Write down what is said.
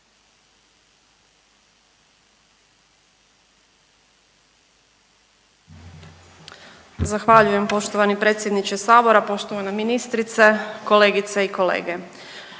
Zahvaljujem. Poštovani predsjedniče sabora, poštovana ministrice, kolegice i kolege.